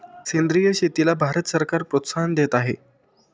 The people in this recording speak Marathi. सेंद्रिय शेतीला भारत सरकार प्रोत्साहन देत आहे